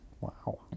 Wow